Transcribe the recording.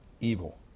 evil